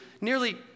nearly